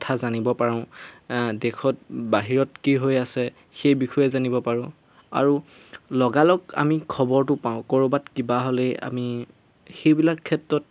কথা জানিব পাৰোঁ দেশত বাহিৰত কি হৈ আছে সেই বিষয়ে জানিব পাৰোঁ আৰু লগালগ আমি খবৰটো পাওঁ ক'ৰবাত কিবা হ'লেই আমি সেইবিলাক ক্ষেত্ৰত